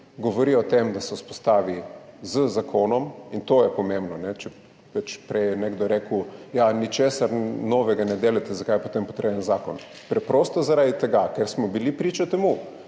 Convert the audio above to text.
govori o tem, da se vzpostavi z zakonom, in to je pomembno. Prej je nekdo rekel, ničesar novega ne delate, zakaj je potem potreben zakon. Preprosto zaradi tega, ker smo bili priča temu,